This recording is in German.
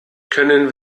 können